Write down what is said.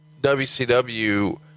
WCW